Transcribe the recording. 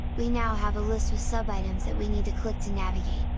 we now have a list with sub-items that we need to click to navigate,